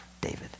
David